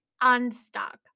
unstuck